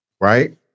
right